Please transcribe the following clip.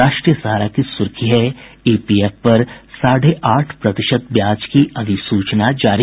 राष्ट्रीय सहारा की सुर्खी है ईपीएफ पर साढ़े आठ प्रतिशत ब्याज की अधिसूचना जारी